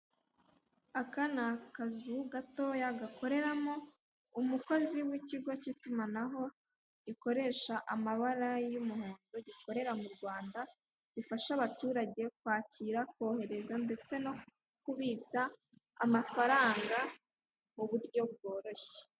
Aka ni akazu gatoya gakoreramo umukozi w'ikigo cy'itumanaho gikoresha amabara y'umuhondo gikorera m'urwanda gifasha abaturage kwakira kohereza ndetse no kubitsa amafaranga muburyo bworoshye.